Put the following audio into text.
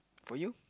for you